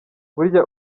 burya